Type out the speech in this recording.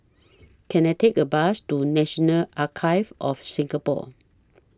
Can I Take A Bus to National Archives of Singapore